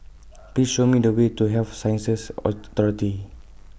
Please Show Me The Way to Health Sciences Authority